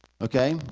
Okay